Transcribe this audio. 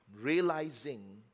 realizing